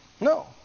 No